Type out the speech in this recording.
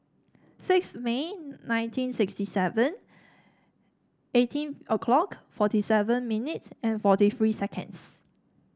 six May nineteen sixty seven eighteen O 'clock forty seven minutes and forty three seconds